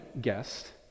guest